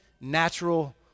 natural